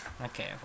Okay